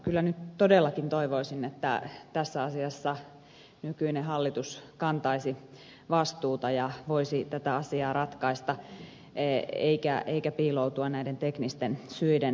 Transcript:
kyllä nyt todellakin toivoisin että tässä asiassa nykyinen hallitus kantaisi vastuuta ja voisi tätä asiaa ratkaista eikä piiloutua näiden teknisten syiden taakse